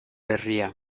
herria